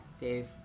Dave